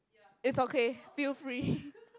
it's okay feel free